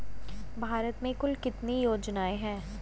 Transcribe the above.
भारत में कुल कितनी योजनाएं हैं?